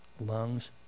lungs